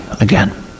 again